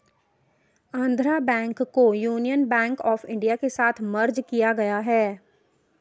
Andhra bank को union bank of India के साथ मर्ज किया गया है